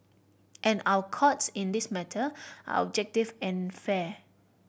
and our Courts in this matter are objective and fair